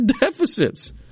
deficits